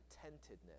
contentedness